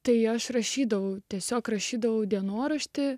tai aš rašydavau tiesiog rašydavau dienoraštį